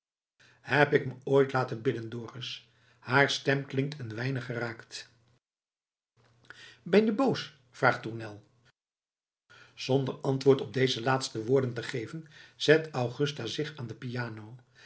heb ik me ooit laten bidden dorus haar stem klinkt een weinig geraakt ben je boos vraagt tournel zonder antwoord op deze laatste woorden te geven zet augusta zich aan de piano